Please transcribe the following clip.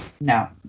No